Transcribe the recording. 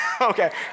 Okay